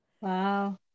Wow